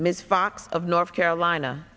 ms fox of north carolina